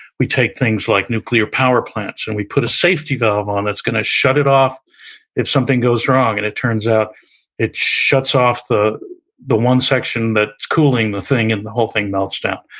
we take things like nuclear power plants and we put a safety valve on that's gonna shut it off if something goes wrong, and it turns out it shuts off the the one section that's cooling the thing and the whole thing melts down.